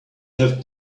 have